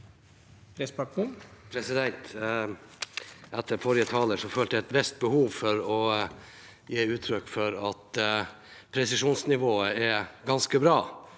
Etter forrige ta- ler følte jeg et visst behov for å gi uttrykk for at presisjonsnivået er ganske bra,